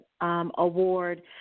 award